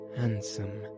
handsome